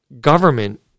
government